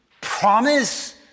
promise